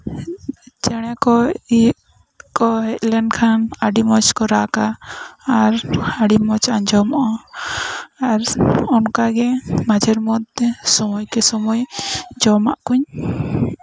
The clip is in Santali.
ᱪᱮᱬᱮ ᱠᱚ ᱤᱭᱟᱹ ᱦᱮᱡ ᱞᱮᱱᱠᱷᱟᱱ ᱟᱹᱰᱤ ᱢᱚᱸᱡ ᱠᱚ ᱨᱟᱜᱟ ᱟᱨ ᱟᱹᱰᱤ ᱢᱚᱸᱡ ᱟᱸᱡᱚᱢᱚᱜᱼᱟ ᱟᱨ ᱚᱱᱠᱟᱜᱮ ᱢᱟᱡᱷᱮᱨ ᱢᱚᱫᱽᱫᱷᱮ ᱥᱚᱢᱚᱭ ᱠᱮ ᱥᱚᱢᱚᱭ ᱡᱚᱢᱟᱜ ᱠᱩᱧ